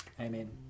Amen